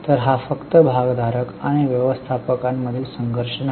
तर हा फक्त भागधारक आणि व्यवस्थापकांमधील संघर्ष नाही